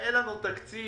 אין לנו תקציב,